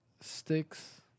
sticks